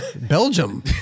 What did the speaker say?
Belgium